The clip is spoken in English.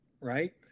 right